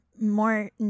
more